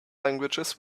languages